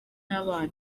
n’abana